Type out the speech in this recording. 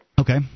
Okay